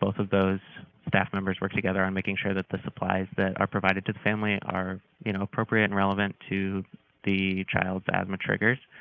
both of those staff members work together on making sure that the supplies that are provided to the family are you know appropriate and relevant to the child's asthma triggers.